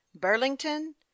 burlington